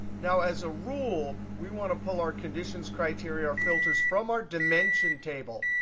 now, as a rule, we want to pull our conditions criteria or filters from our dimension table.